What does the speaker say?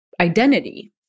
identity